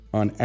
on